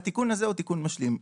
התיקון הזה הוא תיקון משלים.